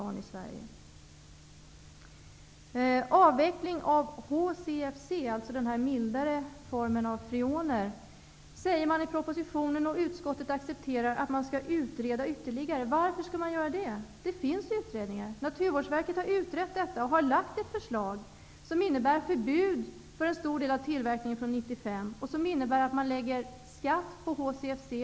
Det talas i propositionen om avveckling av HCFC, dvs. den mildare formen av freoner. Utskottet accepterar att man skall utreda ytterligare. Varför skall man göra det? Det finns utredningar. Naturvårdsverket har utrett detta och har lagt fram ett förslag som innebär förbud för en stor del av tillverkningen från år 1995 och att man lägger skatt på HCFC.